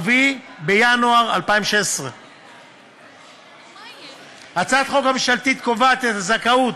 בינואר 2016. הצעת החוק הממשלתית קובעת את הזכאות